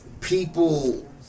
people